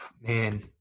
Man